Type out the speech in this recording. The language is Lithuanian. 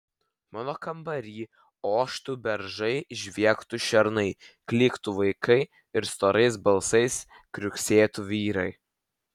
mano kambary oštų beržai žviegtų šernai klyktų vaikai ir storais balsais kriuksėtų vyrai